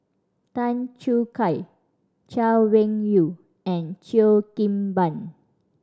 Tan Choo Kai Chay Weng Yew and Cheo Kim Ban